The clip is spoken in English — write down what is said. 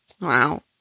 Wow